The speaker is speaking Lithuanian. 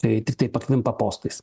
tai tiktai pakvimpa postais